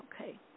Okay